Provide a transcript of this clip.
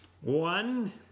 One